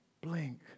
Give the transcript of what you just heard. blink